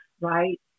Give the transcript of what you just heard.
right